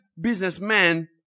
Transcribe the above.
businessman